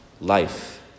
life